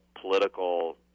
political